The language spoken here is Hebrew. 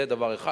זה דבר אחד.